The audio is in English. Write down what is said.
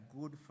good